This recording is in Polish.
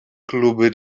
kluby